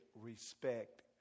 respect